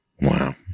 wow